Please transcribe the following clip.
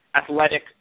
athletic